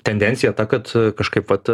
tendencija ta kad kažkaip vat